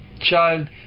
child